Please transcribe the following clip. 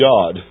God